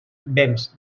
béns